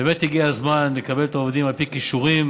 באמת הגיע הזמן לקבל את העובדים על פי כישורים